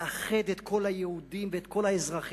לאחד את כל היהודים ואת כל האזרחים